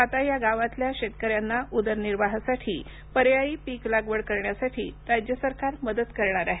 आता या गावातल्या शेतकऱ्यांना उदरनिर्वाहासाठी पर्यायी पीक लागवड करण्यासाठी राज्य सरकार मदत करणार आहे